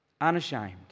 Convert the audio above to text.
unashamed